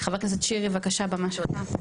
חבר הכנסת שירי בבקשה הבמה שלך.